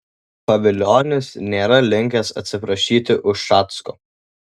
pavilionis nėra linkęs atsiprašyti ušacko